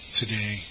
today